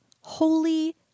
holy